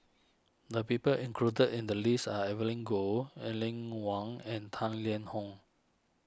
the people included in the list are Evelyn Goh Aline Wong and Tang Liang Hong